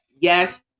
yes